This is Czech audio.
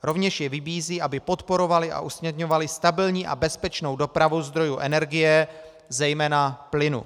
Rovněž je vybízí, aby podporovaly a usměrňovaly stabilní a bezpečnou dopravu zdrojů energie, zejména plynu.